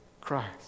Christ